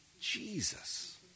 Jesus